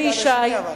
אלי ישי,